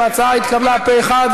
ההצעה התקבלה פה-אחד,